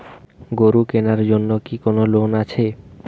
গরু কেনার জন্য কি কোন লোন আছে?